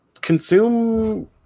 consume